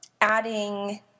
adding